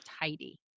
tidy